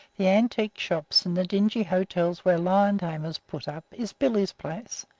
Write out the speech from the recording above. the antique-shops, and the dingy hotels where lion-tamers put up, is billy's place,